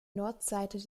nordseite